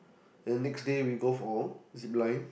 then next day we go for zipline